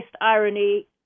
irony